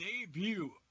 debut